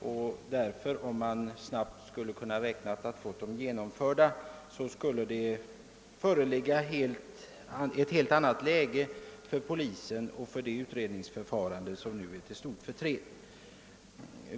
Om dessa snabbt blir genomförda kommer hela frågan i ett annat läge för polisen som skulle slippa det utredningsförfarande som nu är till så stor förtret.